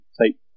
take